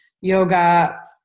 yoga